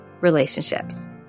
relationships